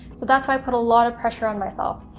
so that's why i put a lot of pressure on myself,